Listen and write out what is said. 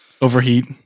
overheat